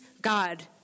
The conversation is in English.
God